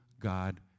God